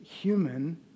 human